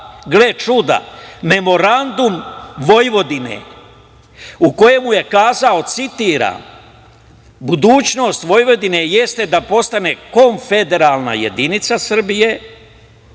gle čuda, memorandum Vojvodine u kojem je kazao, citiram – budućnost Vojvodine jeste da postane konfederalna jedinica Srbije,